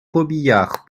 robiliard